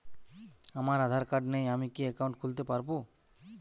আমার আধার কার্ড নেই আমি কি একাউন্ট খুলতে পারব?